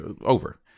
Over